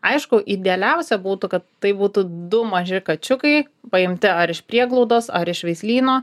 aišku idealiausia būtų kad tai būtų du maži kačiukai paimti ar iš prieglaudos ar iš veislyno